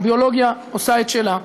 הביולוגיה עושה את שלה.